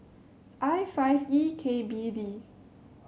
I five E K B D